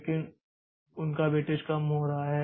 लेकिन उनका वेटेज कम हो रहा है